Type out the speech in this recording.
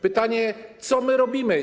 Pytanie, co my robimy.